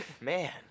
Man